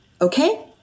Okay